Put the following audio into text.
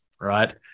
right